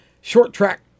short-track